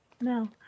no